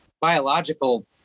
biological